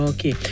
Okay